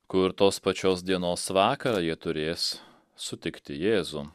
kur tos pačios dienos vakarą jie turės sutikti jėzų